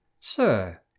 Sir